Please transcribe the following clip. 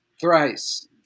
Thrice